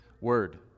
Word